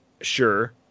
sure